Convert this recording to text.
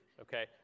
Okay